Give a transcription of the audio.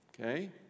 Okay